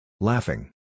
laughing